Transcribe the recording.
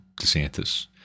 DeSantis